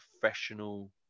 professional